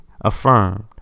affirmed